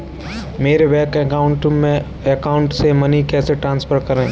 अपने bank account से money कैसे ट्रांसफर करें?